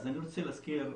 אני רוצה להזכיר,